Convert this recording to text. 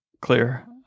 clear